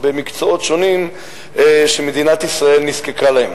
במקצועות שונים שמדינת ישראל נזקקה להם: